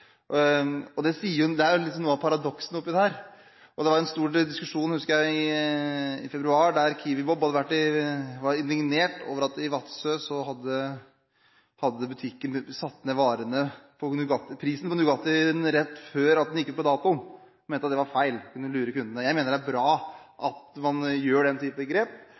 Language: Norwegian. Og det er jo noe av paradokset i dette her: Jeg husker det var en stor diskusjon i februar, der Kiwi-Bob var indignert over at butikken i Vadsø hadde satt ned prisen på Nugattien rett før den gikk ut på dato. Han mente det var feil, at det kunne lure kundene. Jeg mener det er bra at man gjør den type grep.